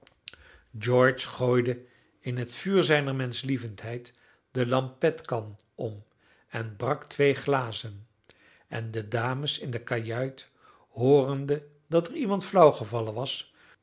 george gooide in het vuur zijner menschlievendheid de lampetkan om en brak twee glazen en de dames in de kajuit hoorende dat er iemand flauw gevallen was